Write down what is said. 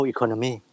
Economy